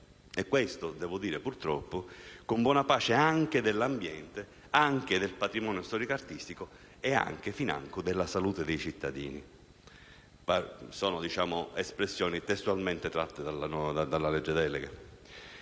E questo, devo dire purtroppo, con buona pace anche dell'ambiente, anche del patrimonio storico artistico e financo della salute dei cittadini (sono espressioni testualmente tratte dalla legge delega).